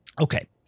Okay